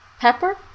Pepper